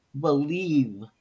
believe